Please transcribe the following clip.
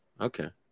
Okay